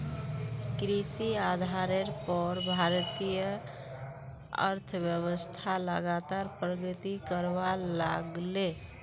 कृषि आधारेर पोर भारतीय अर्थ्वैव्स्था लगातार प्रगति करवा लागले